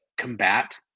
combat